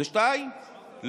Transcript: ב-2%?